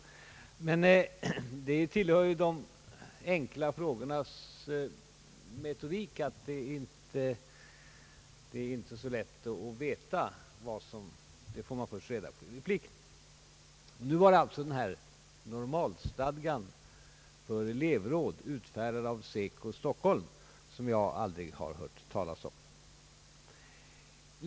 Men det till hör ju de enkla frågornas metodik att det inte är så lätt att veta vad som åsyftas — det får man först reda på vid replikskiftet. Nu gällde det alltså den normalstadga för elevråd som utfärdats av SECO Stockholm och som jag aldrig förut hört talas om.